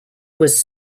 was